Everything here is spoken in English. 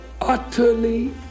utterly